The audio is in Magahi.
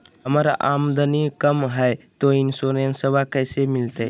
हमर आमदनी कम हय, तो इंसोरेंसबा कैसे मिलते?